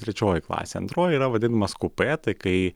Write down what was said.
trečioji klasė antroji yra vadinamas kupė tai kai